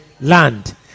land